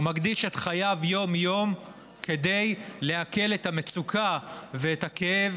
הוא מקדיש את חייו יום-יום כדי להקל את המצוקה ואת הכאב,